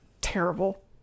terrible